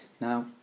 Now